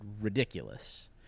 ridiculous